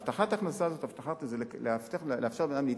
הבטחת הכנסה זה הבטחה, כי זה לאפשר לאדם להתקיים.